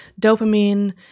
dopamine